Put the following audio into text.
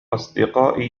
أصدقائي